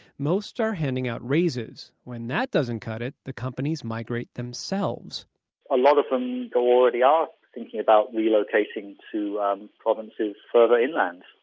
most are handing out raises. when that doesn't cut it, the companies migrate themselves a lot of them already are thinking about relocating to um provinces further inland.